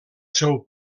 seu